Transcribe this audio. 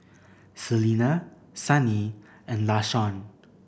Celina Sunny and Lashawn